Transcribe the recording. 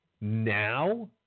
Now